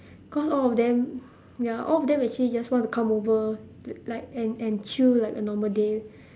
cause all of them ya all of them actually just want to come over li~ like and and chill like a normal day